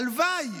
הלוואי,